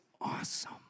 awesome